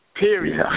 Period